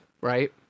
right